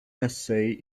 essay